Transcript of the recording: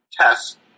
test